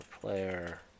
player